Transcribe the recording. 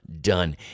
done